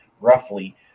roughly